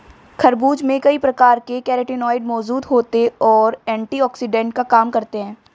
खरबूज में कई प्रकार के कैरोटीनॉयड मौजूद होते और एंटीऑक्सिडेंट का काम करते हैं